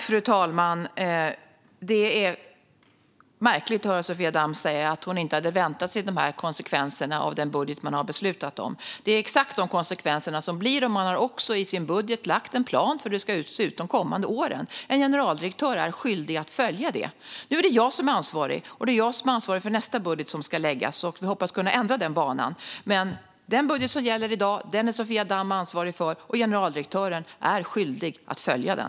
Fru talman! Det är märkligt att höra Sofia Damm säga att hon inte hade väntat sig dessa konsekvenser av den budget som ni har beslutat om. Det är exakt dessa konsekvenser som blir, och ni har också i er budget lagt fram en plan för hur det ska se ut de kommande åren. En generaldirektör är skyldig att följa det. Nu är det jag som är ansvarig och ska lägga fram nästa budget, och jag hoppas kunna ändra denna bana. Men den budget som gäller i dag är Sofia Damm ansvarig för, och generaldirektören är skyldig att följa den.